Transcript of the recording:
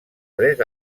tres